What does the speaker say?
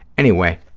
anyway,